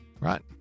Right